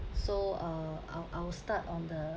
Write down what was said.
so uh I'd I'd start on the